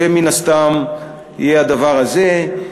זה מן הסתם יהיה הדבר הזה.